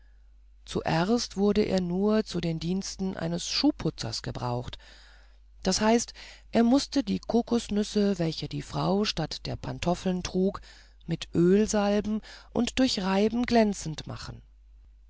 zuerst wurde er nur zu den diensten eines schuhputzers gebraucht d h er mußte die kokosnüsse welche die frau statt der pantoffeln trug mit öl salben und durch reiben glänzend machen